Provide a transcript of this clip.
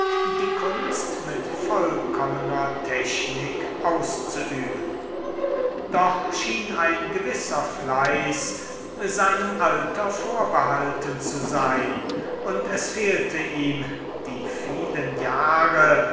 die kunst mit vollkommener technik auszuüben doch schien ein gewisser fleiß seinem alter vorbehalten zu sein und es fehlte ihm die vielen jahre